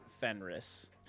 Fenris